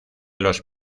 los